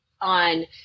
on